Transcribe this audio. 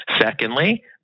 Secondly